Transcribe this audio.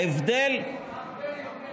ההבדל, הרבה יותר יקר.